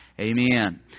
Amen